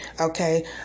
Okay